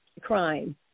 crime